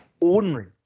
ordinary